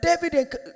david